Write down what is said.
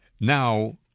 Now